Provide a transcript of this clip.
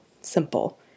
simple